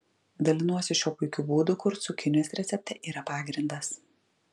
dalinuosi šiuo puikiu būdu kur cukinijos recepte yra pagrindas